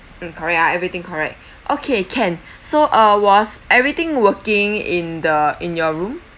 mm correct uh everything correct okay can so uh was everything working in the in your room